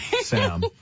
Sam